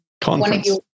conference